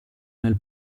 nel